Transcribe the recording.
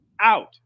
Out